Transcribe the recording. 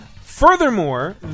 Furthermore